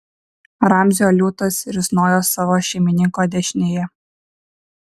ramzio liūtas risnojo savo šeimininko dešinėje